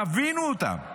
תבינו אותם.